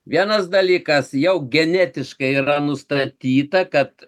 vienas dalykas jau genetiškai yra nustatyta kad